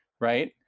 right